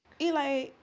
Eli